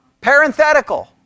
Parenthetical